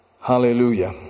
hallelujah